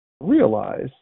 realize